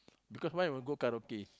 because why we go karaoke